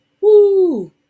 Woo